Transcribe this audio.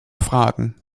fragen